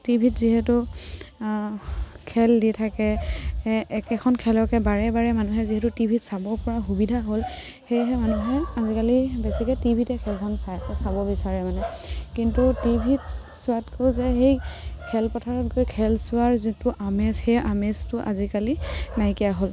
টিভিত যিহেতু খেল দি থাকে একেখন খেলকে বাৰে বাৰে মানুহে যিহেতু টিভিত চাব পৰা সুবিধা হ'ল সেয়েহে মানুহে আজিকালি বেছিকৈ টিভিতে খেলখন চায় চাব বিচাৰে মানে কিন্তু টিভিত চোৱাতকৈ যে সেই খেলপথাৰত গৈ খেল চোৱাৰ যিটো আমেজ সেই আমেজটো আজিকালি নাইকিয়া হ'ল